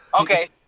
Okay